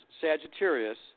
Sagittarius